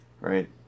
Right